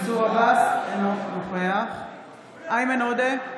אינו נוכח איימן עודה,